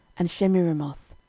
and shemiramoth,